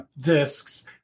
discs